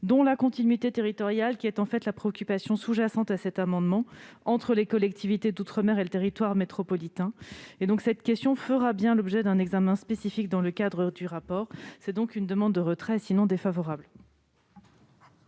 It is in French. dont la continuité territoriale, qui est en fait la préoccupation sous-jacente à cet amendement, entre les collectivités d'outre-mer et le territoire métropolitain. Cette question fera l'objet d'un examen spécifique dans le cadre du rapport. Je demande donc le retrait de